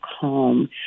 calm